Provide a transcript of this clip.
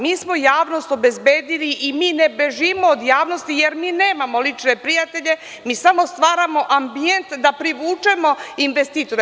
Mi smo javnost obezbedili i mi ne bežimo od javnosti, jer mi nemamo lične prijatelje, samo stvaramo ambijent da privučemo investitore.